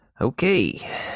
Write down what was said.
Okay